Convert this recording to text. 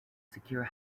secure